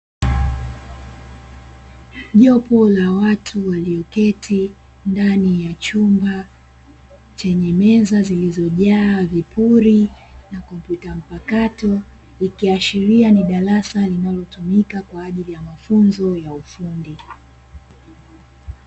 Jopo la watu walioketi ndani ya chumba chenye meza kiliojaa vipuri na komputa mpakato vikiashiria ni darasa linalotumika kwajili ya mafunzo ya ufundi.